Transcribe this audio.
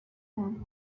and